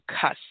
cuss